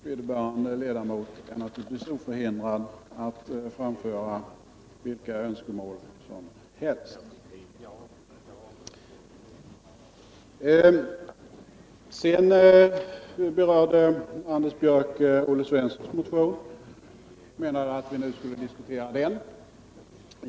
Vederbörande ledamot är naturligtvis oförhindrad att framföra vilka önskemål som helst. Anders Björck berörde motionen av Olle Svensson m.fl. och menade att vi nu borde diskutera den.